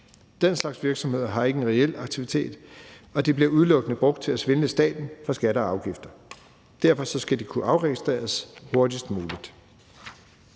Den slags virksomheder har ikke reel aktivitet, og de bliver udelukkende brugt til at snyde staten for skatter og afgifter. Derfor skal de kunne afregistreres hurtigst muligt.